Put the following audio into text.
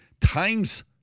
Times